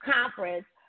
Conference